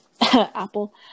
Apple